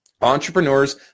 entrepreneurs